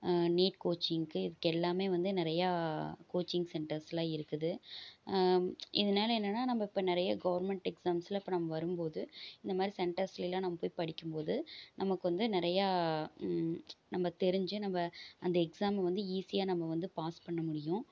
NEET கோச்சிங்குக்கு இதுக்கு எல்லாம் வந்து நிறையா கோச்சிங் சென்டர்ஸ் எல்லாம் இருக்குது இதனால என்னன்னா நம்ம இப்போ நிறையா கவர்ன்மென்ட் எக்ஸாம்ஸ்லாம் இப்போ நம்ம வரும்போது இந்த மாதிரி சென்டர்ஸ்லல்லாம் நம்ம போய் படிக்கும் போது நமக்கு வந்து நிறைய நம்ம தெரிஞ்சு நம்ம அந்த எக்ஸாம் வந்து ஈஸியாக வந்து நம்ம பாஸ் பண்ண முடியும்